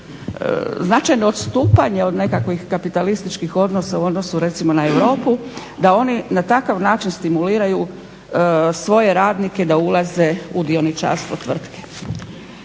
značajno odstupanje od nekakvih kapitalističkih odnosa u odnosu recimo na Europu da oni na takav način stimuliraju svoje radnike da ulaze u dioničarstvo tvrtke.